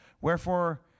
Wherefore